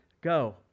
go